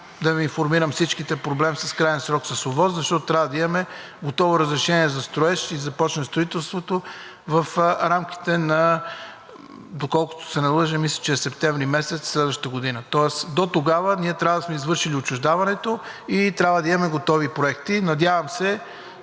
Да Ви информирам всички: проблем с краен срок – с ОВОС, защото трябва да имаме готово разрешение за строеж и да започне строителството в рамките, доколкото не се лъжа, на септември месец следващата година. Тоест дотогава ние трябва да сме извършили отчуждаването и трябва да имаме готови проекти. Надявам се,